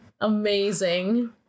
Amazing